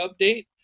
Update